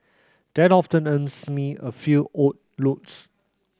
that often earns me a few odd looks